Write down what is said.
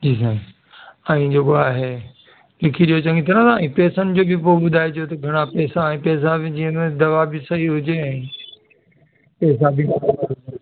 ठीकु आहे ऐं जेको आहे लिखी ॾियो चङी तरह हिते समुझो की पोइ ॿुधाइजो की घणा पैसा दवा बि सही हुजे